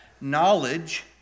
knowledge